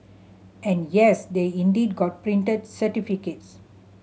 and yes they indeed got printed certificates